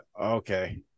Okay